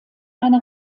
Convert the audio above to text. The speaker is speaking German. eine